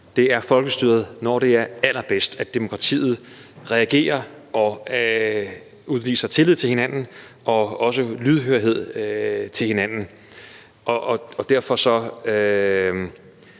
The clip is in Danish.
det er folkestyret, når det er allerbedst – at demokratiet reagerer, at vi udviser tillid til hinanden og også har lydhørhed over for hinanden. Derfor vil